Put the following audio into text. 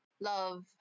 love